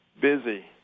busy